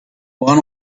one